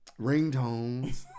ringtones